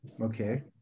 Okay